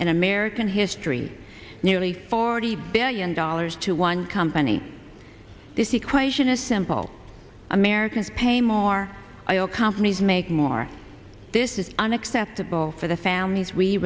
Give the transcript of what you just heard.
in american history nearly forty billion dollars to one company this equation is simple americans pay more io companies make more this is unacceptable for the families we